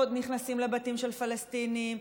נכנסים לבתים של פלסטינים,